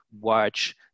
watch